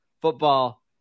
football